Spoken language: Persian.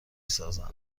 سازند